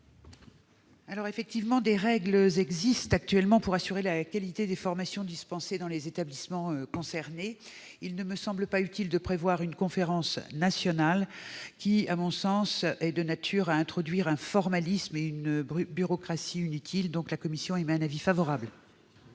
la commission ? Des règles existent actuellement pour assurer la qualité des formations dispensées dans les établissements concernés. Il ne me semble pas efficace de prévoir une conférence nationale de nature à introduire un formalisme et une bureaucratie inutiles. La commission émet un avis favorable.